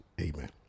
Amen